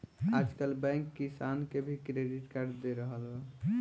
आजकल बैंक किसान के भी क्रेडिट कार्ड दे रहल बा